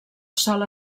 sola